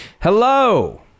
hello